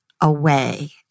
away